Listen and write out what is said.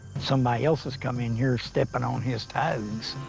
somebody else has come in here stepping on his toes.